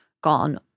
gone